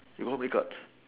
you got how many cards